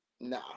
Nah